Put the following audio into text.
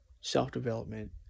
self-development